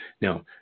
Now